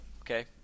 Okay